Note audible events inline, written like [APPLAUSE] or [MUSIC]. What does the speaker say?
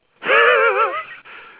[LAUGHS]